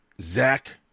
Zach